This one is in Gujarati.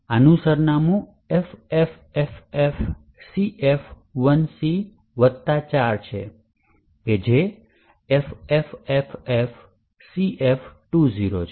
આનું સરનામું FFFFCF1C વત્તા 4 છે જે FFFFCF20 છે